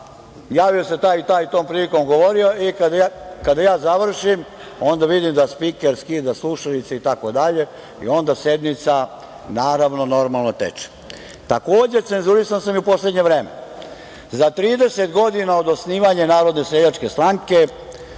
javio se taj i taj i tom prilikom govorio i kada ja završim onda vidim da spiker skida slušalice itd. i onda sednica naravno normalno teče. Takođe, cenzurisan sam u poslednje vreme. Za 30 godina od osnivanja Narodne seljačke stranke,